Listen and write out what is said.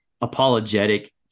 apologetic